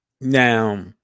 Now